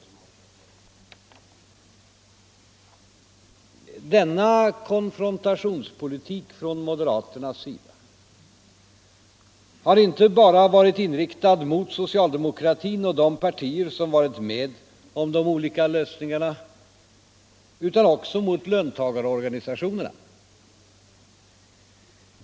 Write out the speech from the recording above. | Onsdagen den Denna konfrontationspolitik från moderaternas sida har inte bara varit 4 december 1974 inriktad mot socialdemokratin och de partier som varit med om de olika lösningarna utan också mot löntagarorganisationerna.